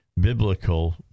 biblical